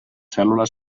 cèl·lules